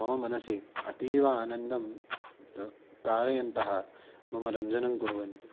मम मनसि अतीव आनन्दं कारयन्तः मम रञ्जनं कुर्वन्ति